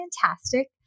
fantastic